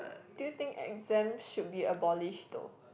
do you think exams should be abolished though